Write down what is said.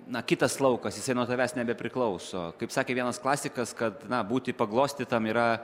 na kitas laukas jisai nuo tavęs nebepriklauso kaip sakė vienas klasikas kad na būti paglostytam yra